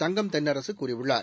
தங்கம் தென்னரசு கூறியுள்ளார்